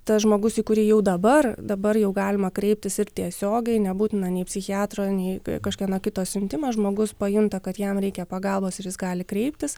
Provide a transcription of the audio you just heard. tas žmogus į kurį jau dabar dabar jau galima kreiptis ir tiesiogiai nebūtina nei psichiatro nei kažkieno kito siuntimo žmogus pajunta kad jam reikia pagalbos ir jis gali kreiptis